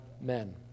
men